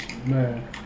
Man